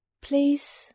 Please